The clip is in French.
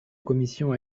commission